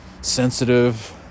sensitive